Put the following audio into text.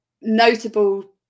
notable